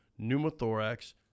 pneumothorax